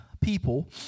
people